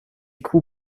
kuh